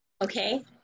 Okay